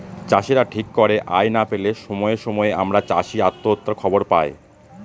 চাষীরা ঠিক করে আয় না পেলে সময়ে সময়ে আমরা চাষী আত্মহত্যার খবর পায়